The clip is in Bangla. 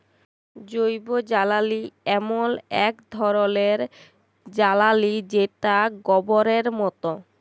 জৈবজ্বালালি এমল এক ধরলের জ্বালালিযেটা গবরের মত